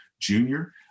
Junior